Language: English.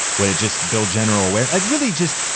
would it just build general aware? like really just,